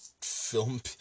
film